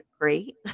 great